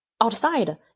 outside